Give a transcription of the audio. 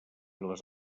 les